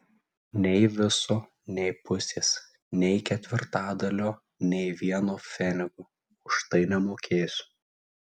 nei viso nei pusės nei ketvirtadalio nė vieno pfenigo už tai nemokėsiu